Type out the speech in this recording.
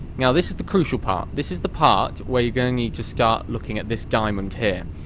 now this is the crucial part, this is the part where you're gonna need to start looking at this diamond here.